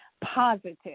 positive